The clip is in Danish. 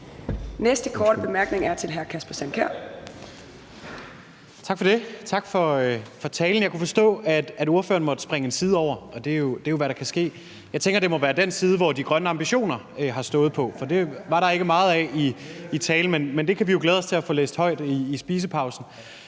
Næste korte bemærkning er til hr. Kasper Sand Kjær. Kl. 17:58 Kasper Sand Kjær (S): Tak for det, og tak for talen. Jeg kan forstå, at ordføreren måtte springe en side over, og det er jo, hvad der kan ske. Jeg tænker, at det må have været den side, som de grønne ambitioner har stået på, for det var der ikke meget af i talen, men det kan vi jo glæde os til at få læst højt i spisepausen.